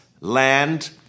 land